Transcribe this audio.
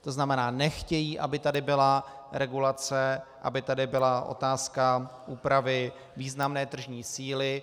To znamená, nechtějí, aby tady byla regulace, aby tady byla otázka úpravy významné tržní síly.